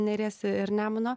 neries ir nemuno